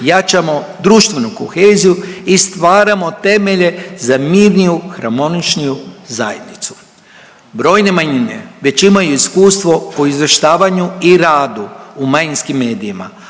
jačamo društvenu koheziju i stvaramo temelje za mirniju i harmoničniju zajednicu. Brojne manjine već imaju iskustvo o izvještavanju i radu u manjinskim medijima,